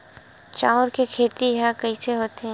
चांउर के खेती ह कइसे होथे?